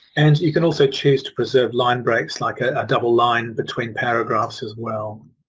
and you can also choose to preserve line breaks like ah a double line between paragraphs as well.